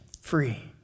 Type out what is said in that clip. free